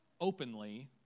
openly